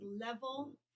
level